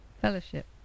fellowship